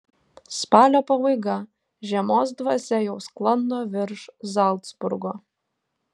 spalio pabaiga žiemos dvasia jau sklando virš zalcburgo